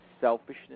selfishness